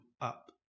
up